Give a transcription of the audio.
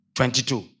Twenty-two